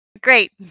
Great